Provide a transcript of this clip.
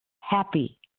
happy